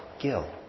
Gil